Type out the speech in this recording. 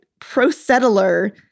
pro-settler